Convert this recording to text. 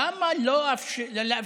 למה לא לאפשר